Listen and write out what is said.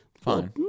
fine